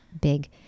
big